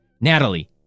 Natalie